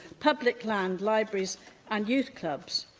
public land, libraries and youth clubs.